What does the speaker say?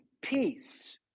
peace